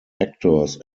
actors